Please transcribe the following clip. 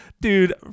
Dude